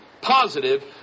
positive